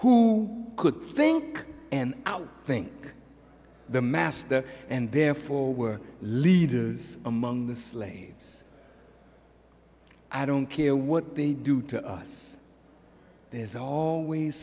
who could think and out think the master and therefore were leaders among the slaves i don't care what they do to us there's all ways